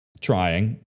trying